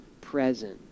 present